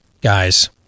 guys